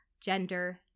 gender